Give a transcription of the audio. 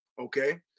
okay